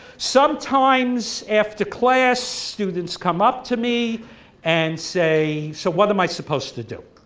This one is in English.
sometimes after class students come up to me and say so what am i supposed to do,